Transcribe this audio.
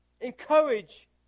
encourage